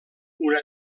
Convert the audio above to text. una